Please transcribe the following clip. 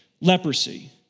leprosy